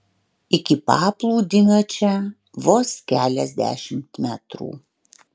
iki paplūdimio čia vos keliasdešimt metrų